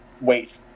wait